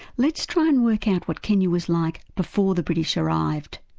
let's try and work out what kenya was like before the british arrived.